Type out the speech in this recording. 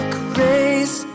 grace